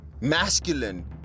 masculine